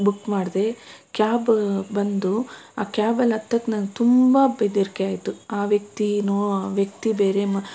book ಮಾಡಿದೆ cab ಬಂದು ಆ ಕ್ಯಾಬಲ್ಲಿ ಹತ್ತಕ್ಕೆ ನನ್ಗೆ ತುಂಬ ಬೆದರಿಕೆ ಆಯಿತು ಆ ವ್ಯಕ್ತಿನೋ ಆ ವ್ಯಕ್ತಿ ಬೇರೆ